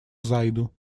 зайду